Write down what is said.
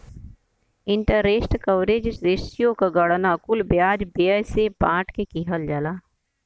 interest coverage ratio क गणना कुल ब्याज व्यय से बांट के किहल जाला